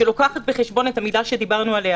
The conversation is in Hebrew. שמביא בחשבון את המידה שדיברנו עליה,